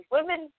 Women